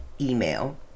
email